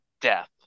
death